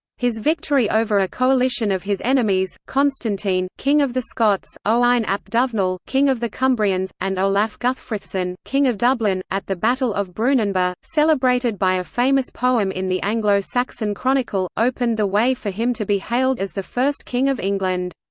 his victory over a coalition of his enemies constantine, king of the scots, owain ap dyfnwal, king of the cumbrians, and olaf guthfrithson, king of dublin at the battle of brunanburh, celebrated by a famous poem in the anglo-saxon chronicle, opened the way for him to be hailed as the first king of england.